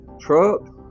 truck